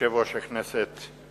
יושב-ראש הכנסת,